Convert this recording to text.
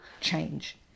change